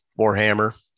Warhammer